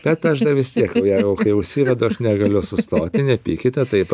bet aš dar vis tiek gerokai užsivedu aš negaliu sustoti ir nepykite taip